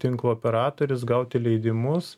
tinklo operatorius gauti leidimus